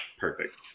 Perfect